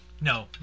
No